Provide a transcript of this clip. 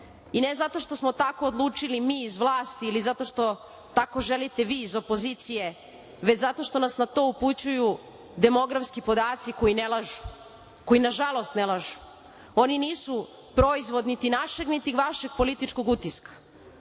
I ne zato što smo tako odlučili mi iz vlasti ili zato što tako želite vi iz opozicije, već zato što nas na to upućuju demografski podaci koji ne lažu, koji nažalost ne lažu. Oni nisu proizvod niti našeg, niti vašeg političkog utiska,